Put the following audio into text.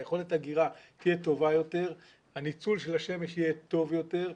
יכולת האגירה תהיה טובה יותר והניצול של השמש יהיה טוב יותר.